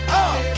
up